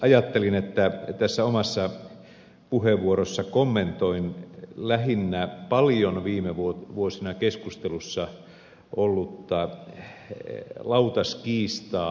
ajattelin että tässä omassa puheenvuorossani kommentoin lähinnä paljon viime vuosina keskustelussa ollutta lautaskiistaa